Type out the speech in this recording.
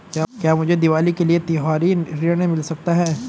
क्या मुझे दीवाली के लिए त्यौहारी ऋण मिल सकता है?